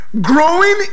Growing